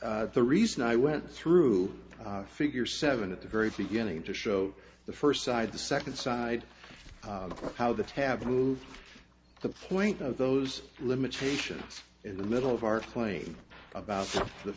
the reason i went through the figure seven at the very beginning to show the first side the second side how the tab moved the point of those limitations in the middle of our claim about the